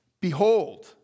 behold